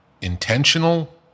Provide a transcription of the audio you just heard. Intentional